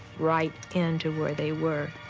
right into where they were.